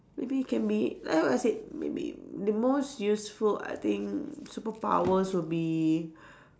maybe can be like what I said maybe the most useful I think superpowers would be